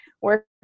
work